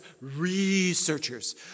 researchers